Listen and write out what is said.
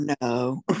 no